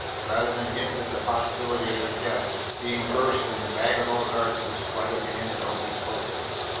rather than hint at the possibility of their guests being versed in the vagabond arts of sleight-of-hand and hocus-pocus.